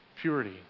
purity